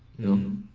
no,